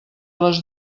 les